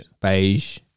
beige